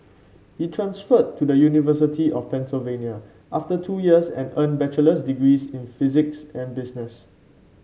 he transferred to the University of Pennsylvania after two years and earned bachelor's degrees in physics and business